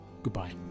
Goodbye